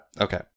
Okay